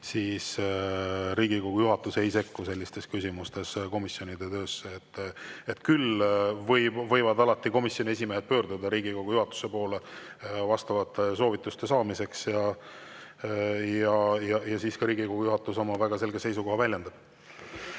siis Riigikogu juhatus ei sekku sellistes küsimustes komisjonide töösse. Küll võivad komisjonide esimehed alati pöörduda Riigikogu juhatuse poole vastavate soovituste saamiseks ja siis Riigikogu juhatus oma väga selget seisukohta väljendab.